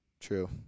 True